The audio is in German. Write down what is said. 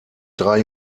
drei